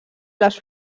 les